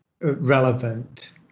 relevant